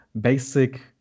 basic